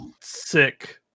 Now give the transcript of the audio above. sick